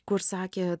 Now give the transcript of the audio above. kur sakė